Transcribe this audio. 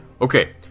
Okay